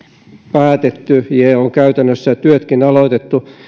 päätetty ja käytännössä työtkin aloitettu